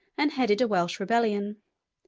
and headed a welsh rebellion.